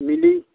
मिली